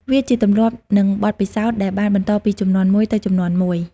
វាជាទម្លាប់និងបទពិសោធន៍ដែលបានបន្តពីជំនាន់មួយទៅជំនាន់មួយ។